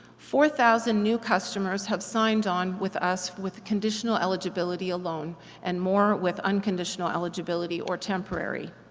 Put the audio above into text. four thousand new customers have signed on with us with conditional eligibility alone and more with unconditional eligibility or temporary.